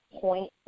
point